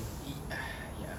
!ee! ah ya